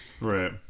Right